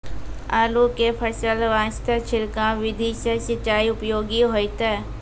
आलू के फसल वास्ते छिड़काव विधि से सिंचाई उपयोगी होइतै?